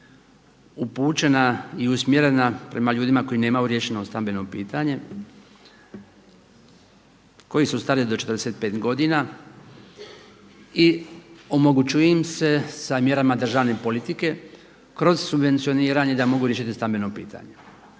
upućena i usmjerena prema ljudima koji nemaju riješeno stambeno pitanje, koji su stari do 45 godina i omogućuje im se sa mjerama državne politike kroz subvencioniranje da mogu riješiti stambeno pitanje.